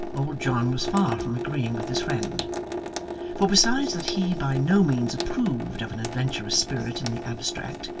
old john was far from agreeing with his friend for besides that he by no means approved of an adventurous spirit in the abstract,